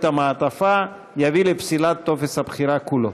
המעטפה יביא לפסילת טופס הבחירה כולו.